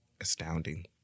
astounding